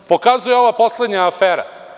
To pokazuje ova poslednja afera.